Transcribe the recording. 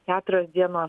keturios dienos